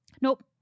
Nope